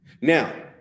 Now